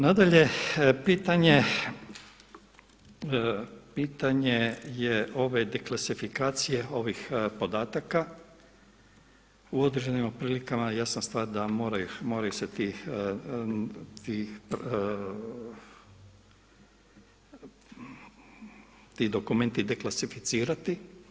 Nadalje, pitanje je ove de klasifikacije ovih podataka, u određenim prilikama jasna stvar da moraju se ti dokumenti deklasificirati.